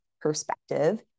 perspective